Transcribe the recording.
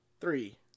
three